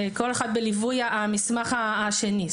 כל אחד בליווי המסמך השני.